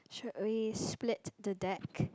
should be spread the deck